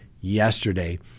yesterday